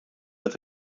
met